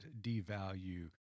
devalue